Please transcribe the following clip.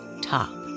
top